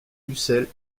ussel